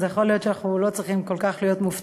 יכול להיות שאנחנו לא צריכים להיות כל כך מופתעים.